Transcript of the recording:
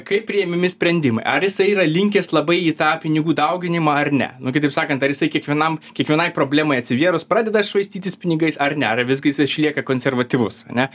kaip priimami sprendimai ar jisai yra linkęs labai į tą pinigų dauginimą ar ne nu kitaip sakant ar jisai kiekvienam kiekvienai problemai atsivėrus pradeda švaistytis pinigais ar ne ar visgi jis išlieka konservatyvus ane